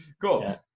cool